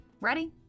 Ready